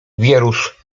wierusz